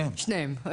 שניהם.